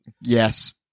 Yes